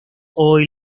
hoy